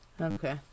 Okay